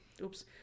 Oops